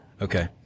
Okay